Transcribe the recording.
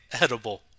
edible